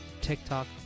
TikTok